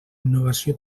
innovació